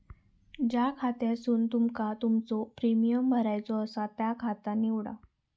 ज्या खात्यासून तुमका तुमचो प्रीमियम भरायचो आसा ता खाता निवडा